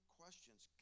questions